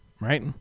right